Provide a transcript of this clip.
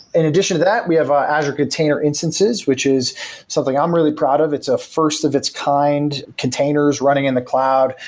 in addition to that, we have azure container instances which is something i'm really proud of, it's a first of its kind, containers running in the cloud,